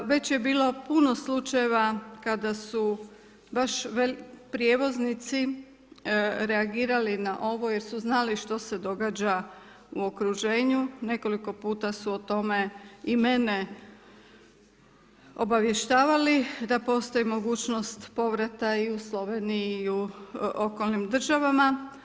Već je bilo puno slučajeva kada su baš prijevoznici reagirali na ovo jer su znali što se događa u okruženju, nekoliko puta su o tome i mene obavještavali da postoji mogućnost povrata i u Sloveniji i u okolnim državama.